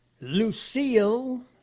Lucille